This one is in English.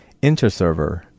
InterServer